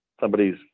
somebody's